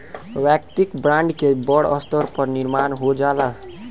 वैयक्तिक ब्रांड के बड़ स्तर पर निर्माण हो जाला